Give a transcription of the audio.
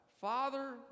Father